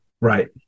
Right